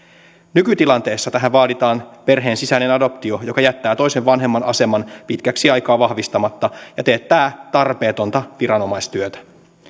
nykytilanteessa tähän vaaditaan perheen sisäinen adoptio joka jättää toisen vanhemman aseman pitkäksi aikaa vahvistamatta ja teettää tarpeetonta viranomaistyötä